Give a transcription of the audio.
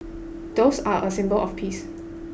doves are a symbol of peace